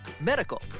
medical